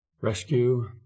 rescue